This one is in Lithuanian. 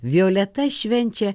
violeta švenčia